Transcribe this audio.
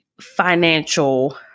financial